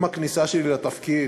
עם הכניסה שלי לתפקיד,